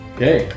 Okay